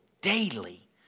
Daily